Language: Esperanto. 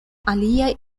aliaj